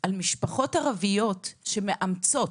על משפחות ערביות שמאמצות,